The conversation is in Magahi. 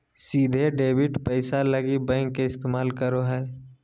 सीधे डेबिट पैसा लगी बैंक के इस्तमाल करो हइ